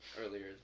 earlier